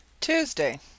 Tuesday